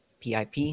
pip